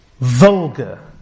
vulgar